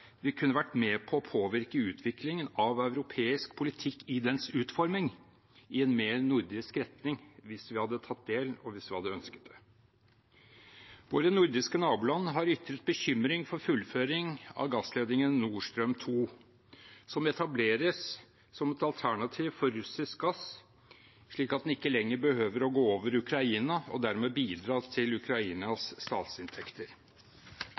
vi kunne vært med på å påvirke utviklingen av europeisk politikk i dens utforming i en mer nordisk retning hvis vi hadde tatt del, og hvis vi hadde ønsket det. Våre nordiske naboland har ytret bekymring for fullføring av gassledningen Nord Stream 2, som etableres som et alternativ for russisk gass, slik at den ikke lenger behøver å gå over Ukraina og dermed bidra til Ukrainas statsinntekter.